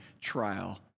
trial